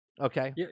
Okay